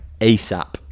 ASAP